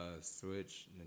Switch